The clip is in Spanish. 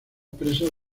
presas